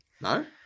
No